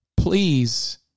Please